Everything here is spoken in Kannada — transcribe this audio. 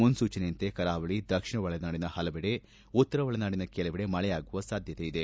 ಮುನ್ಲೂಚನೆಯಂತೆ ಕರಾವಳಿ ದಕ್ಷಿಣ ಒಳನಾಡಿನ ಹಲವೆಡೆ ಉತ್ತರ ಒಳನಾಡಿನ ಕೆಲವೆಡೆ ಮಳೆಯಾಗುವ ಸಾಧ್ಯತೆಯಿದೆ